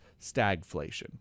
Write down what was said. stagflation